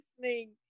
listening